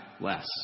less